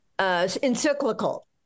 encyclical